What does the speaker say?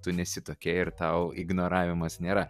tu nesi tokia ir tau ignoravimas nėra